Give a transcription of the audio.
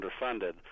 underfunded